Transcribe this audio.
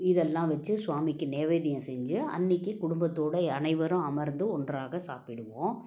இதெல்லாம் வச்சி ஸ்வாமிக்கு நெய்வேத்தியம் செஞ்சி அன்றைக்கி குடும்பத்தோட அனைவரும் அமர்ந்து ஒன்றாக சாப்பிடுவோம்